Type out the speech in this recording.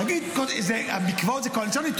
להגיד: המקוואות זה קואליציוני,